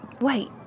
Wait